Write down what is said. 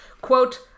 Quote